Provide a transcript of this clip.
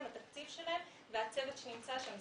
התקציב והצוות שנמצא שם.